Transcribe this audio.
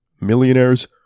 Millionaires